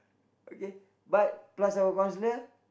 okay but plus our counsellor